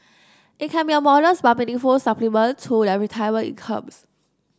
it can be a modest but meaningful supplement to their retirement incomes